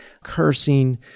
Cursing